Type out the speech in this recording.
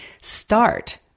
start